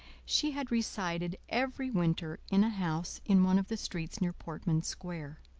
she had resided every winter in a house in one of the streets near portman square.